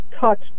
touch